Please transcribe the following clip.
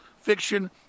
fiction